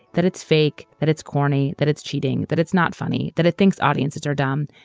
that it's fake, that it's corny, that it's cheating, that it's not funny, that it thinks audiences are dumb.